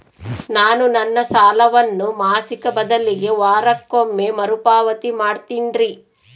ನಾನು ನನ್ನ ಸಾಲವನ್ನು ಮಾಸಿಕ ಬದಲಿಗೆ ವಾರಕ್ಕೊಮ್ಮೆ ಮರುಪಾವತಿ ಮಾಡ್ತಿನ್ರಿ